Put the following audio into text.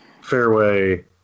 fairway